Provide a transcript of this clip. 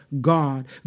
God